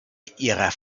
ihrer